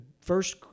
first